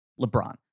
LeBron